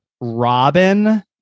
Robin